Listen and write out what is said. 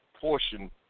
portion